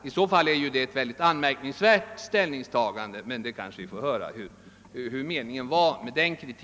I så fall är det ju ett mycket anmärkningsvärt ställningstagande, men vi får kanske höra hennes mening om detta.